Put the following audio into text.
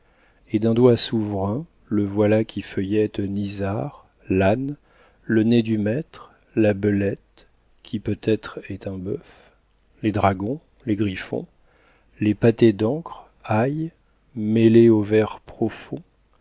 et d'un doigt souverain le voilà qui feuillette nisard l'âne le nez du maître la belette qui peut être est un bœuf les dragons les griffons les pâtés d'encre ailés mêlés aux vers profonds